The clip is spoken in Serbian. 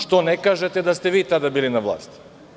Što ne kažete da ste vi tada bili na vlasti?